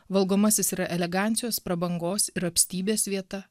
valgomasis yra elegancijos prabangos ir apstybės vieta